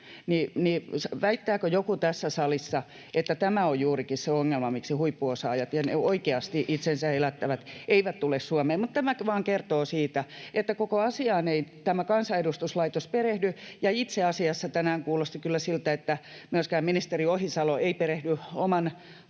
Väittääkö joku tässä salissa, että tämä on juurikin se ongelma, miksi huippuosaajat ja ne oikeasti itsensä elättävät eivät tule Suomeen? Mutta tämä vain kertoo siitä, että koko asiaan ei tämä kansanedustuslaitos perehdy, ja itse asiassa tänään kuulosti kyllä siltä, että myöskään ministeri Ohisalo ei perehdy oman hallinnonalansa